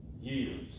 years